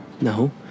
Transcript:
No